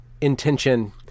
intention